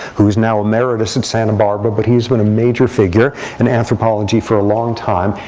who is now emeritus at santa barbara. but he has been a major figure in anthropology for a long time.